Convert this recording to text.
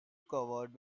covered